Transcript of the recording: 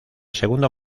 segundo